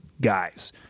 guys